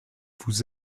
vous